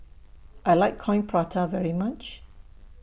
I like Coin Prata very much